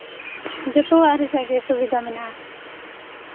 ᱡᱚᱛᱚᱣᱟᱜ ᱨᱮᱭᱟᱜ ᱜᱮ ᱥᱩᱵᱤᱫᱟ ᱢᱮᱱᱟᱜᱼᱟ